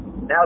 now